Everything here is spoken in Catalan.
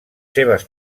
seves